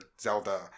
zelda